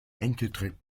enkeltrick